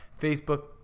Facebook